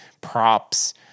props